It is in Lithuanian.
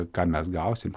ką mes gausim